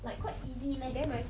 like quite easy leh